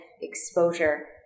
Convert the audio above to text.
exposure